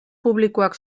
publikoak